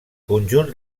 conjunt